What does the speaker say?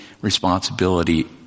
responsibility